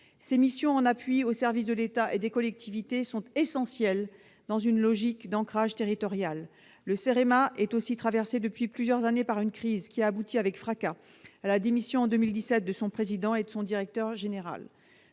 Ses missions, en appui aux services de l'État et des collectivités, sont essentielles dans une logique d'ancrage territorial. Le CEREMA est aussi traversé depuis plusieurs années par une crise, qui a abouti à la démission avec fracas en 2017 de son président et de son directeur général.